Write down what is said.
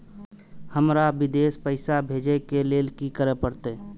हमरा विदेश पैसा भेज के लेल की करे परते?